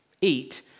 Eat